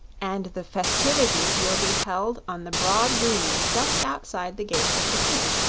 and the festivities will be held on the broad green just outside the gates of the city,